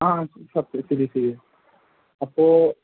ആ അപ്പോൾ